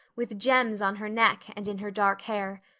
with gems on her neck and in her dark hair.